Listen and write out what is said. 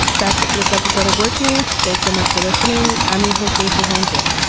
that's it for this episode of working. thanks so much for listening. i'm your host rachel hampton.